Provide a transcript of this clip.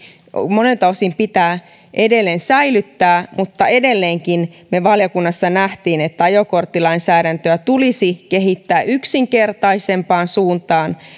monelta osin edelleen säilyttää mutta edelleenkin me valiokunnassa näimme että ajokorttilainsäädäntöä tulisi kehittää yksinkertaisempaan suuntaan